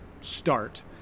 start